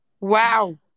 wow